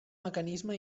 mecanisme